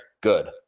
good